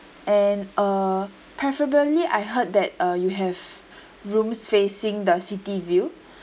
and uh preferably I heard that uh you have rooms facing the city view